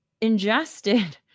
ingested